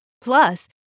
Plus